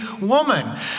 woman